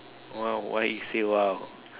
!wow! why you say !wow!